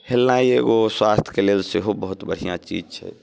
हेलनाइ एगो स्वास्थ्यके लेल सेहो बहुत बढ़िआँ चीज छै